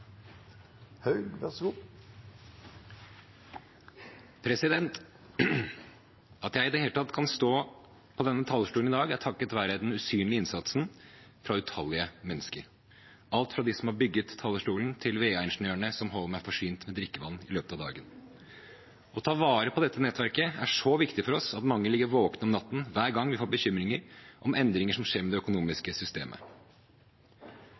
takket være den usynlige innsatsen fra utallige mennesker – alt fra de som har bygget talerstolen, til VA-ingeniørene som holder meg forsynt med drikkevann i løpet av dagen. Å ta vare på dette nettverket er så viktig for oss at mange ligger våkne om natten hver gang vi får bekymringer om endringer som skjer med det